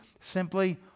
Simply